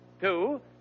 Two